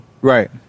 right